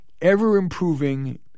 Ever-improving